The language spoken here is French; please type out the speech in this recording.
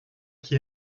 qui